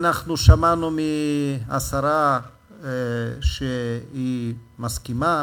אנחנו שמענו מהשרה שהיא מסכימה,